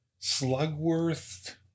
Slugworth